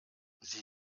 sie